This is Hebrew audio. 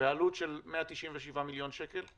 בעלות של 197 מיליון שקל.